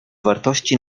wartości